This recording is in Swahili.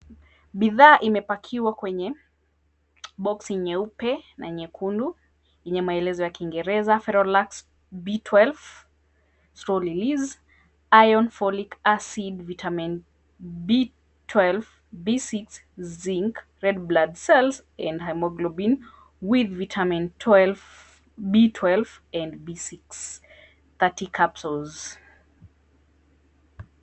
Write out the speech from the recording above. Bidhaa imepakiwa kwenye box nyeupe na nyekundu yenye maelezo ya Kiingereza, Ferolax B12 Slow Release, Iron, Folic acid, Vitamin B12, B6, Zinc, Red Blood Cells and Haemoglobin with Vitamin B12 and B6, 30 Capsules'.